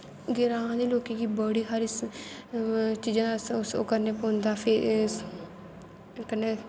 ग्रांऽ दे लोकें गी बड़े सारे चीजें दा ओह् करनैं पौंदा फेस कन्नै